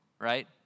right